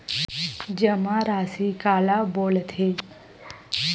जमा राशि काला बोलथे?